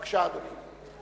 בבקשה, אדוני.